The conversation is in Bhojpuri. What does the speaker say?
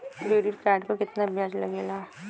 क्रेडिट कार्ड पर कितना ब्याज लगेला?